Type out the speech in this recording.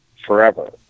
forever